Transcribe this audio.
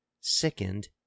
sickened